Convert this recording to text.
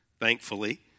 thankfully